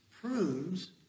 prunes